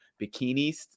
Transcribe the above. bikinis